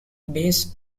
base